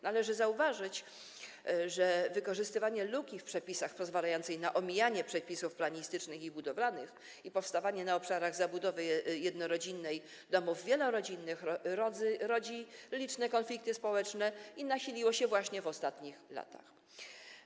Należy zauważyć, że wykorzystywanie luki w przepisach pozwalającej na omijanie przepisów planistycznych i budowlanych, w wyniku czego na obszarach zabudowy jednorodzinnej powstają domy wielorodzinne, rodzi liczne konflikty społeczne i nasiliło się właśnie w ostatnich latach.